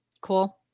Cool